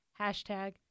Hashtag